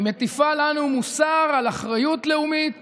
היא מטיפה לנו מוסר על אחריות לאומית